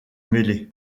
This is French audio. mêler